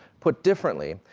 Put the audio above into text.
put differently,